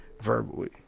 verbally